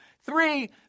Three